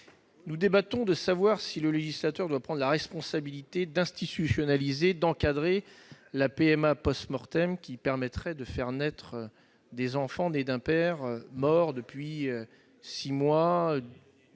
Nous débattons pour savoir si le législateur doit prendre la responsabilité d'institutionnaliser et d'encadrer la PMA qui permettrait de faire naître des enfants issus d'un père mort depuis six mois,